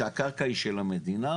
שהקרקע היא של המדינה?